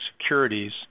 securities